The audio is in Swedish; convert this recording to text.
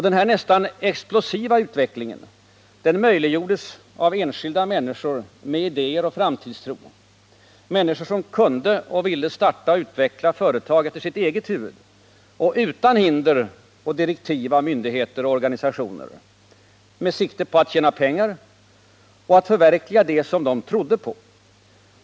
Denna nästan explosiva utveckling möjliggjordes av enskilda människor med idéer och framtidstro, som kunde och ville starta och utveckla företag efter sitt eget huvud och utan hinder och direktiv av myndigheter och organisationer. De arbetade med sikte på att tjäna pengar och att förverkliga det som de trodde på.